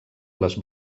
les